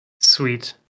Sweet